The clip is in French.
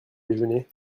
déjeuner